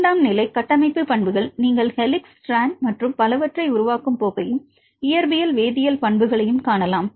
இரண்டாம் நிலை கட்டமைப்பு பண்புகள் நீங்கள் ஹெலிக்ஸ் ஸ்ட்ராண்ட் மற்றும் பலவற்றை உருவாக்கும் போக்கையும் இயற்பியல் வேதியியல் பண்புகளையும் காணலாம்